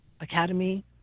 Academy